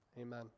Amen